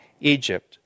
Egypt